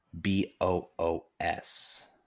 B-O-O-S